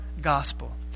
Gospel